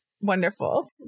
Wonderful